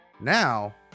Now